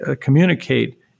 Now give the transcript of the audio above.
communicate